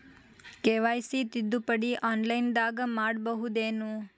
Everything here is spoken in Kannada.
ಕೆ.ವೈ.ಸಿ ತಿದ್ದುಪಡಿ ಆನ್ಲೈನದಾಗ್ ಮಾಡ್ಬಹುದೇನು?